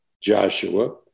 Joshua